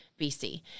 BC